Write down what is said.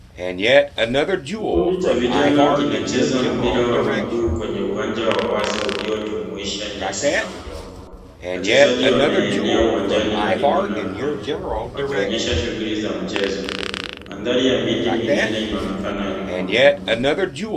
Kikundi cha vijana kinacheza mpira wa miguu kwenye uwanja wa wazi uliojumuisha nyasi na udongo. Wachezaji wameenea uwanjani karibu na goli, wakionyesha shughuli za michezo . Mandhari ya miti minene inaonekana nyuma.